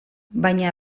baina